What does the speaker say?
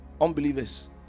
unbelievers